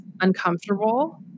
uncomfortable